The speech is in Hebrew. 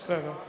בסדר.